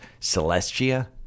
Celestia